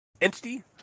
entity